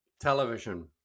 television